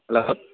hello